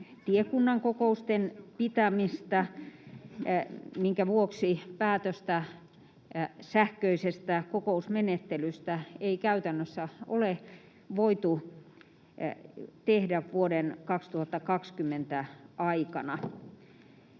tiekunnan kokousten pitämistä — minkä vuoksi päätöstä sähköisestä kokousmenettelystä ei käytännössä ole voitu tehdä vuoden 2020 aikana?